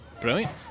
Brilliant